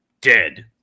dead